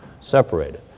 separated